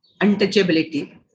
untouchability